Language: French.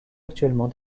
actuellement